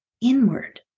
inward